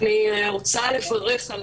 אני לא יודעת אם בסוף ייכנס הסעיף הזה של